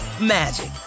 magic